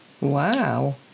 Wow